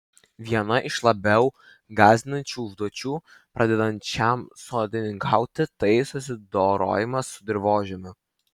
viena iš labiau gąsdinančių užduočių pradedančiam sodininkauti tai susidorojimas su dirvožemiu